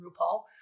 RuPaul